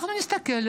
אנחנו נסתכל,